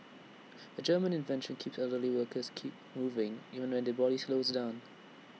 A German invention keep elderly workers keep moving even when their body slows down